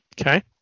Okay